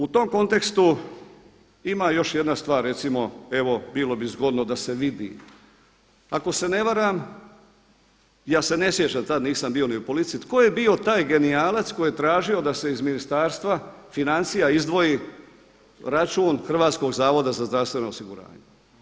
U tom kontekstu, ima još jedna stvar recimo, evo bilo bi zgodno da se vidi, ako se ne varam, ja se ne sjećam, tada nisam bio ni u politici tko je bio taj genijalac koji je tražio da se iz Ministarstva financija izdvoji račun Hrvatskog zavoda za zdravstveno osiguranje.